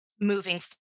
moving